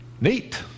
neat